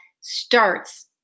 starts